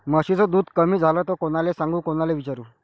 म्हशीचं दूध कमी झालं त कोनाले सांगू कोनाले विचारू?